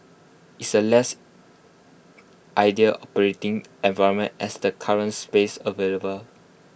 it's A less ideal operating environment as the current space available